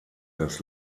des